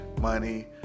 money